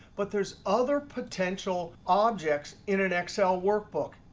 but there's other potential objects in an excel workbook.